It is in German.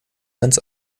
ganz